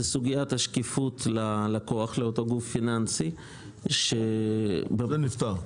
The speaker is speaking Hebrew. סוגיית השקיפות לכוח לאותו גוף פיננסי --- זה נפתר.